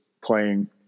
playing